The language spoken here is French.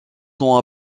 sont